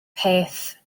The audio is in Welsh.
peth